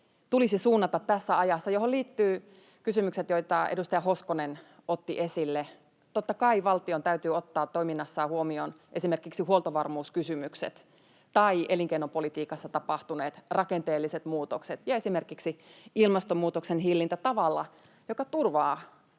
tulisi suunnata tässä ajassa — mihin liittyvät kysymykset, joita edustaja Hoskonen otti esille. Totta kai valtion täytyy ottaa toiminnassaan huomioon esimerkiksi huoltovarmuuskysymykset tai elinkeinopolitiikassa tapahtuneet rakenteelliset muutokset ja esimerkiksi ilmastonmuutoksen hillintä tavalla, joka turvaa